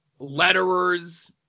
letterers